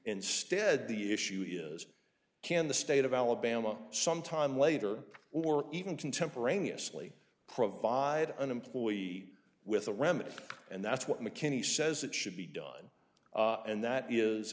instead the issue is can the state of alabama sometime later or even contemporaneously provide an employee with a remedy and that's what mckinney says it should be done and that is